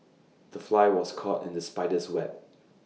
the fly was caught in the spider's web